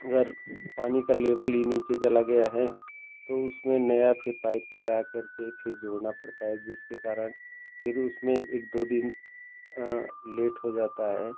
अगर पानी का लेवल ही नीचे चला गया है तो उसमें नई फिर पाइप ले आ करके फिर जोड़नी पड़ती है जिसके कारण फिर उसमें एक दो दिन लेट हो जाता है